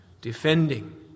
Defending